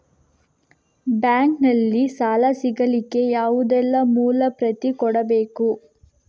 Bank ನಲ್ಲಿ ಸಾಲ ಸಿಗಲಿಕ್ಕೆ ಯಾವುದೆಲ್ಲ ಮೂಲ ಪ್ರತಿ ಕೊಡಬೇಕು?